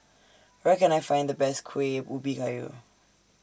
Where Can I Find The Best Kuih Ubi Kayu